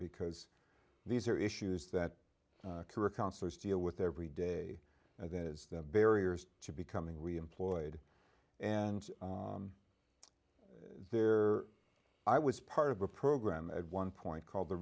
because these are issues that career counselors deal with every day and that is the barriers to becoming reemployed and there i was part of a program at one point called the